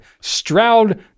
Stroud